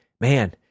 man